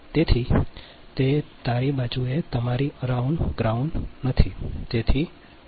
તેથી તે તારો છે કે તારો બાજુ એ તમારી અરાઉન્ડ ગ્રાઉન્ડ નથી